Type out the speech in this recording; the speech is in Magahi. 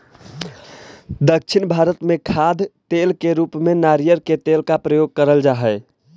दक्षिण भारत में खाद्य तेल के रूप में नारियल के तेल का प्रयोग करल जा हई